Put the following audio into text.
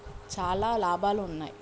చాలా లాభాలు ఉన్నాయి